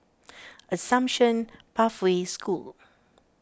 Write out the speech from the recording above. Assumption Pathway School